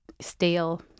stale